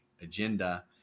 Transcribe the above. agenda